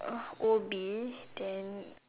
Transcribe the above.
uh O_B then